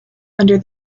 under